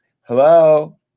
hello